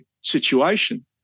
situation